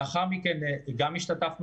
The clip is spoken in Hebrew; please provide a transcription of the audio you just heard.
לאחר מכן גם השתתפנו